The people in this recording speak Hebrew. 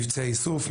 מבצעי איסוף,